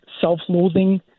self-loathing